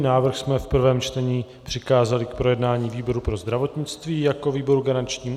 Návrh jsme v prvém čtení přikázali k projednání výboru pro zdravotnictví jako výboru garančnímu.